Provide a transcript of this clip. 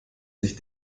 sich